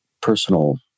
personal